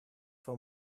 for